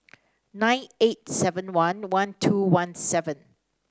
nine eight seven one one two one seven